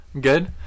good